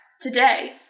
today